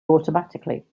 automatically